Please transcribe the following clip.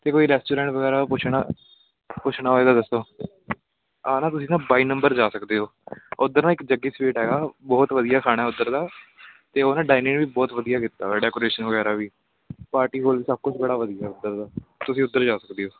ਅਤੇ ਕੋਈ ਰੈਸਟੋਰੈਂਟ ਵਗੈਰਾ ਪੁੱਛਣਾ ਪੁੱਛਣਾ ਹੋਵੇ ਤਾਂ ਦੱਸੋ ਆਹ ਨਾ ਤੁਸੀਂ ਨਾ ਬਾਈ ਨੰਬਰ ਜਾ ਸਕਦੇ ਹੋ ਉੱਧਰ ਨਾ ਇੱਕ ਜੱਗੀ ਸਵੀਟ ਹੈਗਾ ਬਹੁਤ ਵਧੀਆ ਖਾਣਾ ਉੱਧਰ ਦਾ ਅਤੇ ਉਹ ਨਾ ਡਾਈਨਿੰਗ ਵੀ ਬਹੁਤ ਵਧੀਆ ਕੀਤਾ ਹੋਇਆ ਡੈਕੋਰੇਸ਼ਨ ਵਗੈਰਾ ਵੀ ਪਾਰਟੀ ਹੋਲ ਸਭ ਕੁਛ ਬੜਾ ਵਧੀਆ ਉੱਧਰ ਦਾ ਤੁਸੀਂ ਉੱਧਰ ਜਾ ਸਕਦੇ ਹੋ